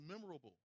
memorable